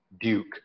Duke